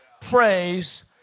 praise